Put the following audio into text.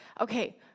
Okay